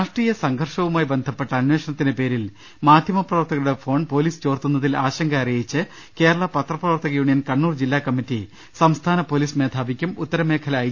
രാഷ്ട്രീയ സംഘർഷവുമായി ബന്ധപ്പെട്ട അന്വേഷണത്തിന്റെ പേരിൽ മാധ്യമ പ്രവർത്തകരുടെ ഫോൺ പൊലിസ് ചോർത്തുന്നതിൽ ആശങ്ക അറിയിച്ച് കേരള പത്രപ്രവർത്തക യൂനിയൻ കണ്ണൂർ ജില്ലാ കമ്മിറ്റി സംസ്ഥാന പൊലീസ് മേധാവിക്കും ഉത്തരമേഖലാ ഐ